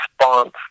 response